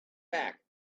back